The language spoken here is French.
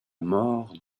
mort